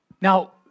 Now